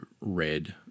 red